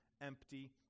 empty